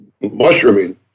mushrooming